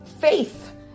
faith